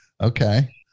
Okay